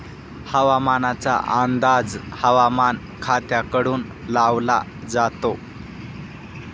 हवामानाचा अंदाज हवामान खात्याकडून लावला जातो